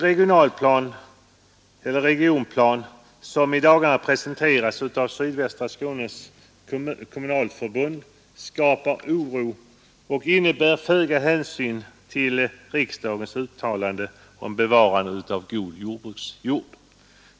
Den regionplan som i dagarna har presenterats av Sydvästra Skånes kommunalförbund skapar oro och innebär föga hänsyn till riksdagens uttalande om bevarandet av god jordbruksjord.